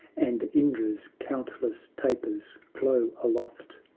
and indra's countless tapers glow aloft!